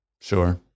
Sure